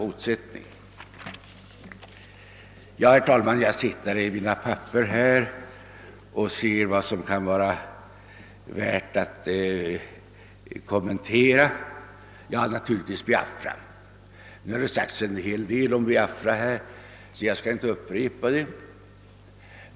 När jag tittar i mina papper för att se vad som kan vara värt att kommentera ytterligare kommer jag naturligtvis till Biafra. Nu har det emellertid redan sagts en hel del om Biafra och jag skall inte upprepa det.